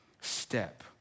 step